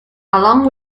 along